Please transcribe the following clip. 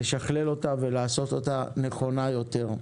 לשכלל אותה ולעשותה נכונה יותר.